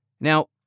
Now